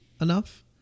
enough